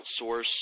outsource